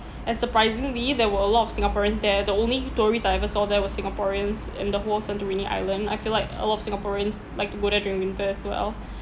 and surprisingly there were a lot of singaporeans there the only tourist I ever saw there were singaporeans in the whole santorini island I feel like a lot of singaporeans like to go there during winter as well